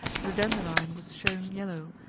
the dandelion was showing yellow,